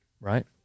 Right